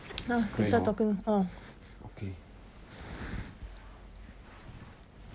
那 start talking orh